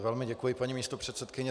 Velmi děkuji, paní místopředsedkyně.